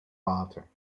water